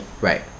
Right